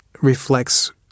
reflects